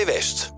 West